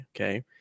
okay